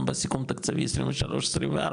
גם בסיכום התקציבי 23-24,